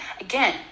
again